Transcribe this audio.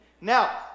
Now